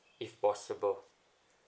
if possible